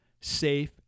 safe